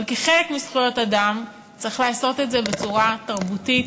אבל כחלק מזכויות אדם צריך לעשות את זה בצורה תרבותית,